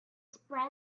spread